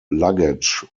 luggage